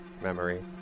memory